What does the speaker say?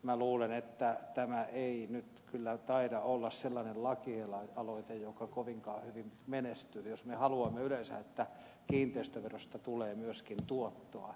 minä luulen että tämä ei nyt kyllä taida olla sellainen lakialoite joka kovinkaan hyvin menestyy jos me haluamme yleensä että kiinteistöverosta tulee myöskin tuottoa yhteiskunnalle